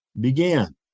began